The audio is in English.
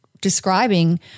describing